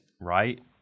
Right